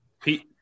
Pete